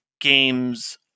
games